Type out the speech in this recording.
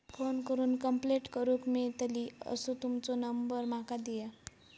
Phone करून complaint करूक मेलतली असो तुमचो नंबर माका दिया?